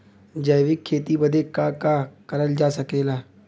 जैविक खेती बदे का का करल जा सकेला?